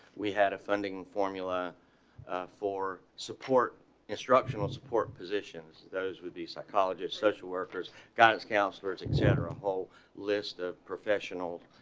we had a funding formula. ah for support instructional support positions those will be psychologists, social workers guidance, counselors etcetera whole list of ah professional